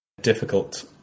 Difficult